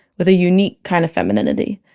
with a unique kind of femininity,